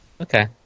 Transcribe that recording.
Okay